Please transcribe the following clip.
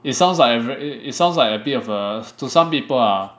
it sounds like a ver~ it sounds like a bit of err to some people ah